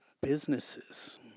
Businesses